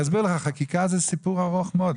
חקיקה זה סיפור ארוך מאוד.